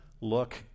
look